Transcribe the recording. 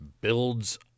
builds